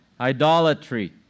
idolatry